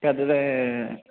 పెద్దదీ